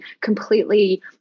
completely